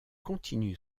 continue